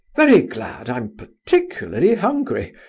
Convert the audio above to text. very glad, i'm particularly hungry.